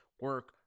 Work